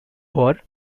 war